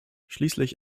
schließlich